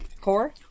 Core